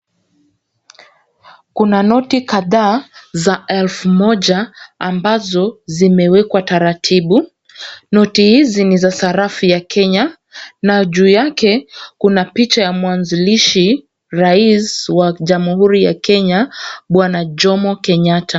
Kuna noti kadhaa za elfu moja ambazo zimewekwa taratibu, noti hizi ni za sarafu za Kenya na juu yake kuna picha za mwanzilishi rais wa Jamhuri ya Kenya Bwana Jomo Kenyatta.